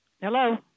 Hello